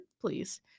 please